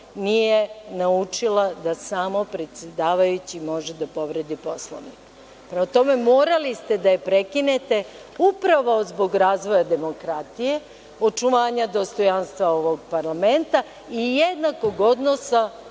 nije naučila da samo predsedavajući može da povredi Poslovnik. Prema tome, morali ste da je prekinete upravo zbog razvoja demokratije, očuvanja dostojanstva ovog parlamenta i jednakog odnosa